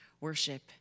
worship